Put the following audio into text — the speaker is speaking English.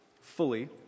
fully